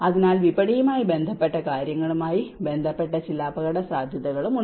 അതിനാൽ വിപണിയുമായി ബന്ധപ്പെട്ട കാര്യങ്ങളുമായി ബന്ധപ്പെട്ട ചില അപകടസാധ്യതകളും ഉണ്ട്